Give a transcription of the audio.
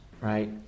Right